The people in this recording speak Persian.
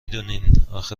دونین، اخه